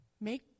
make